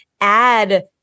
add